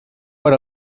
per